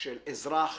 של אזרח,